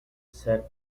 sack